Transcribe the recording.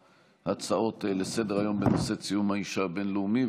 להצעות לסדר-היום בנושא ציון יום האישה הבין-לאומי,